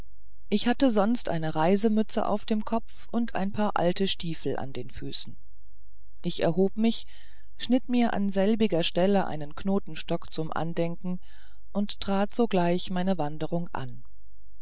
ich hatte sonst eine reisemütze auf dem kopf und ein paar alte stiefeln an den füßen ich erhob mich schnitt mir an selbiger stelle einen knotenstock zum andenken und trat sogleich meine wanderung an